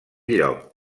lloc